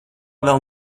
vēl